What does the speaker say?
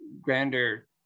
grander